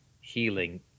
healing